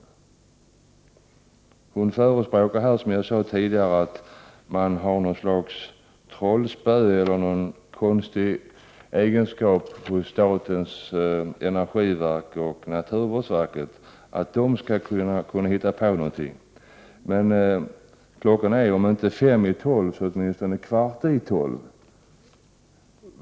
Som jag sagt tidigare förespråkar statsrådet att man har något slags trollspö eller att statens energiverk och naturvårdsverket skall kunna hitta på någontin. Klockan är, om inte fem minuter i tolv, så åtminstone kvart i tolv.